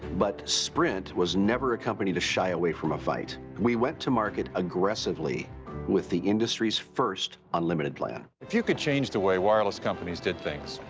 but sprint was never a company to shy away from a fight. we went to market aggressively with the industry's first unlimited plan. if you could change the way wireless companies did things,